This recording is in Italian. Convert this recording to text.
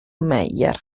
meyer